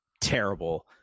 terrible